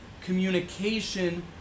communication